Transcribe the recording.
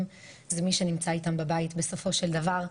זה מי שנמצא איתם בבית בסופו של דבר,